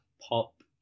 pop